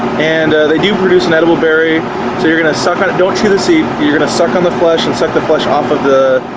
and they do produce an edible berry so you're gonna suck on it don't chew the seed. you're gonna suck on the flesh and suck the flesh off of it